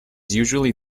usually